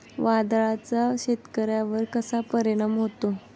वादळाचा शेतकऱ्यांवर कसा परिणाम होतो?